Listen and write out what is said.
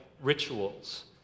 rituals